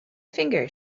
finger